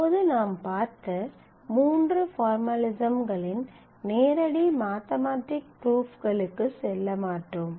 இப்போது நாம் பார்த்த மூன்று பார்மலிசம்களின் நேரடி மாத்தமட்டிக் ப்ரூப்களுக்குச் செல்ல மாட்டோம்